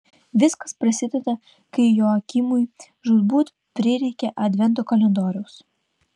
viskas prasideda kai joakimui žūtbūt prireikia advento kalendoriaus